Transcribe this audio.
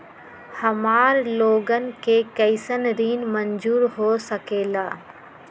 हमार लोगन के कइसन ऋण मंजूर हो सकेला?